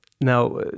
Now